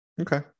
okay